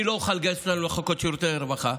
אני לא אוכל לגייס אותם למחלקות שירות הרווחה.